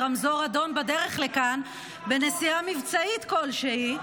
רמזור אדום בדרך לכאן בנסיעה מבצעית כלשהי.